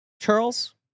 Charles